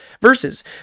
verses